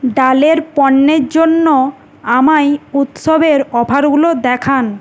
ডালের পণ্যের জন্য আমায় উৎসবের অফারগুলো দেখান